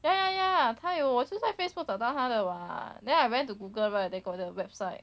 ya ya ya ya !aiyo! 我就是在 facebook 找到他的 what then I went to google right they got the website